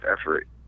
effort